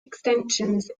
extensions